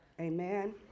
amen